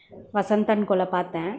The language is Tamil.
வசந்த் அன் கோவில் பார்த்தேன்